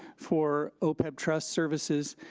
for opeb trust services,